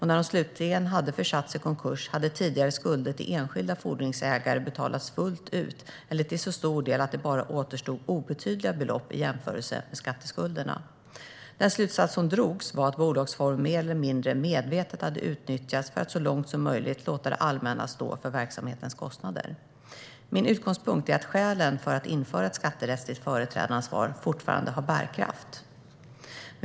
När de slutligen hade försatts i konkurs hade tidigare skulder till enskilda fordringsägare betalats fullt ut eller till så stor del att det bara återstod obetydliga belopp i jämförelse med skatteskulderna. Den slutsats som drogs var att bolagsformen mer eller mindre medvetet hade utnyttjats för att så långt som möjligt låta det allmänna stå för verksamhetens kostnader. Min utgångspunkt är att skälen för att införa ett skatterättsligt företrädaransvar fortfarande har bärkraft.